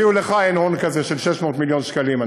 אפילו לך אין הון כזה של 600 מיליון שקלים,